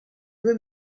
due